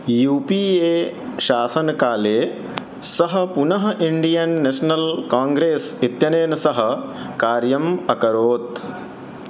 you P A शासनकाले सः पुनः इण्डियन् नेशनल् काङ्ग्रेस् इत्यनेन सह कार्यम् अकरोत्